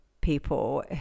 people